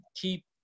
keep